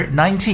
19